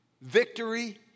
victory